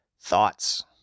thoughts